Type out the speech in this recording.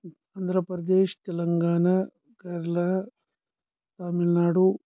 Andhra Pradesh Telangana Kerala Tamil Nadu